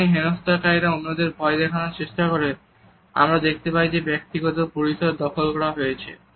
যখনই হেনস্থাকারীরা অন্যদের ভয় দেখানোর চেষ্টা করে আমরা দেখতে পাই যে ব্যক্তিগত পরিসর দখল করা হয়েছে